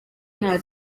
nta